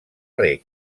reg